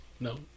No